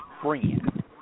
friend